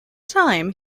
time